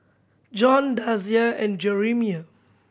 John Dasia and Jerimiah